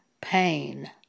pain